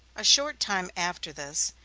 a short time after this,